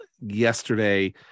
yesterday